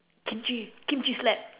Kimchi Kimchi slap